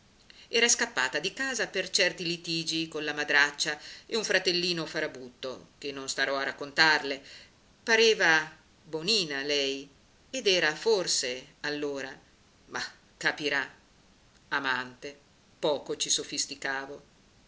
era scappata di casa per certi litigi con la madraccia e un fratellino farabutto che non starò a raccontarle pareva bonina lei ed era forse allora ma capirà amante poco ci sofisticavo